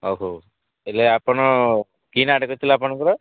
ହଁ ହଉ ହେଲେ ଆପଣ କି ନାଁଟା କହିଥିଲେ ଆପଣଙ୍କର